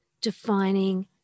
defining